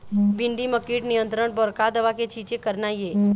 भिंडी म कीट नियंत्रण बर का दवा के छींचे करना ये?